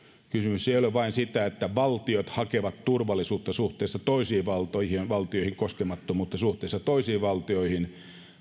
kysymys ei ole vain siitä että valtiot hakevat turvallisuutta suhteessa toisiin valtioihin koskemattomuutta suhteessa toisiin valtioihin